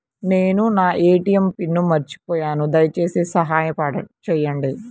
నేను నా ATM pin మర్చిపోయాను దయచేసి సహాయం చేయండి